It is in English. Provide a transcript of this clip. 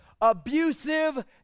abusive